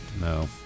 no